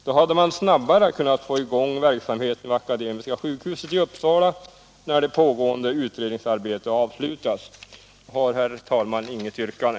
Då hade man snabbare kunnat få i gång verksamheten vid Akademiska sjukhuset i Uppsala när det pågående utredningsarbetet avslutats. Jag har, herr talman, inget yrkande.